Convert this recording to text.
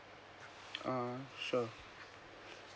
uh sure